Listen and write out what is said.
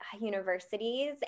universities